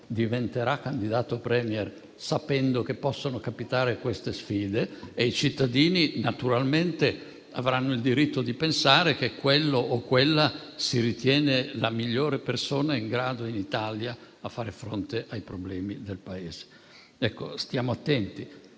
diventerà tale sapendo che possono capitare queste sfide, e i cittadini naturalmente avranno il diritto di pensare che quella persona si ritiene la migliore in Italia in grado di far fronte ai problemi del Paese. Stiamo attenti